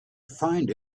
find